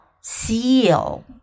seal